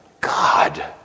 God